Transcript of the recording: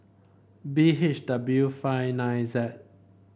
B H W five nine Z